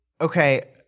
Okay